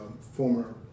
former